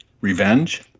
Revenge